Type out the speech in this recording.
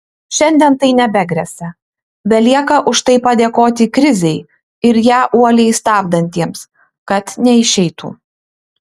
šiandien tai nebegresia belieka už tai padėkoti krizei ir ją uoliai stabdantiesiems kad neišeitų